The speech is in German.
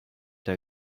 der